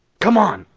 come on!